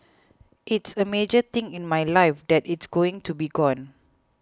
it's a major thing in my life that it's going to be gone